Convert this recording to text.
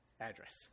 address